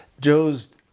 Joe's